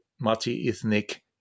multi-ethnic